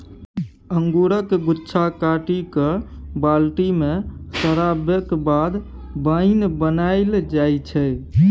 अंगुरक गुच्छा काटि कए बाल्टी मे सराबैक बाद बाइन बनाएल जाइ छै